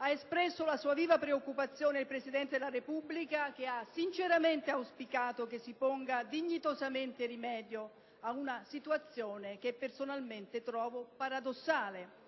ha espresso la propria viva preoccupazione il Presidente della Repubblica, che ha sinceramente auspicato che si ponga dignitosamente rimedio ad una situazione che personalmente trovo paradossale,